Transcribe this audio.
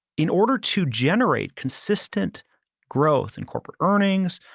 in order to generate consistent growth in corporate earnings,